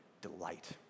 delight